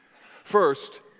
First